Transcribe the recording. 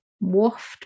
waft